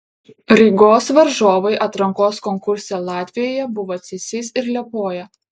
rygos varžovai atrankos konkurse latvijoje buvo cėsys ir liepoja